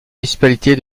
municipalité